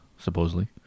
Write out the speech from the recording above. Supposedly